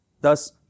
Thus